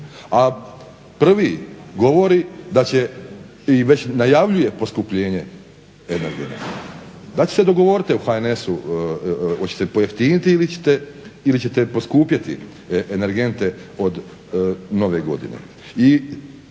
a prvi govori da će i već najavljuje poskupljenje energenata. Dajte se dogovorite u HNS-u hoćete pojeftiniti ili ćete poskupjeti energente od Nove godine.